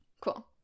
cool